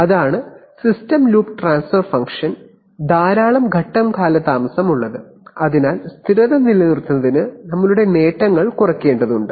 അതാണ് system loop transfer ഫംഗ്ഷന് ധാരാളം ഘട്ടം കാലതാമസം ഉള്ളത് അതിനാൽ സ്ഥിരത നിലനിർത്തുന്നതിന് gains കുറയ്ക്കേണ്ടതുണ്ട്